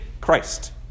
Christ